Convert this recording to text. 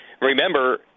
remember –